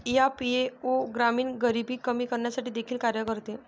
FAO ग्रामीण गरिबी कमी करण्यासाठी देखील कार्य करते